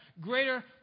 greater